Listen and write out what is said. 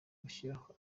gushyiraho